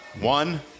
one